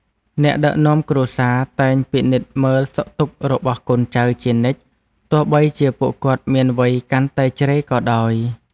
អ្នកដឹកនាំគ្រួសារតែងពិនិត្យមើលសុខទុក្ខរបស់កូនចៅជានិច្ចទោះបីជាពួកគាត់មានវ័យកាន់តែជ្រេក៏ដោយ។